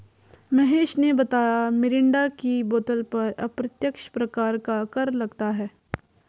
महेश ने बताया मिरिंडा की बोतल पर अप्रत्यक्ष प्रकार का कर लगता है